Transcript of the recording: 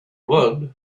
would